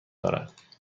دارد